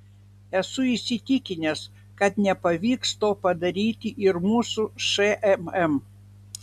esu įsitikinęs kad nepavyks to padaryti ir mūsų šmm